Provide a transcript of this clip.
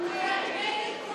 נגד כל היגיון.